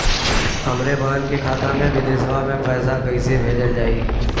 हमरे बहन के खाता मे विदेशवा मे पैसा कई से भेजल जाई?